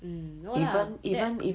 mm no lah that